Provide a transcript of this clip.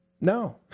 No